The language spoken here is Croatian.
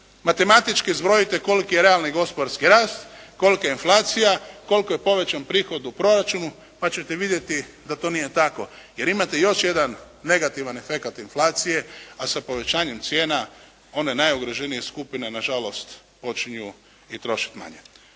Matematički zbrojite koliko je realni gospodarski rast, kolika je inflacija, koliko je povećan prihod u proračunu pa ćete vidjeti da to nije tako jer imate još jedan negativan efekat inflacije a sa povećanjem cijena one najugroženije skupine nažalost počinju i trošiti manje.